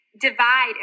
divide